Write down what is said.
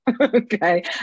okay